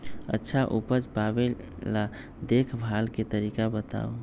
अच्छा उपज पावेला देखभाल के तरीका बताऊ?